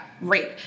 rape